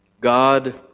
God